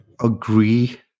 agree